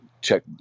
check